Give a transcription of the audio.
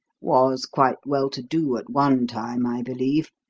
was quite well-to-do at one time, i believe,